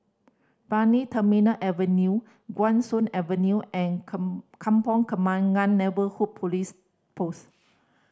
Brani Terminal Avenue Guan Soon Avenue and Kampong Kembangan Neighbourhood Police Post